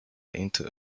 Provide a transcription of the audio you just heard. into